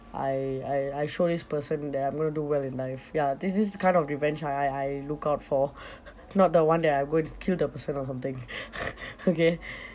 I I I show this person that I'm going to do well in life ya this is the kind of revenge I I look out for not the one that I'm going to kill the person or something okay